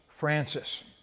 Francis